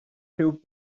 rhyw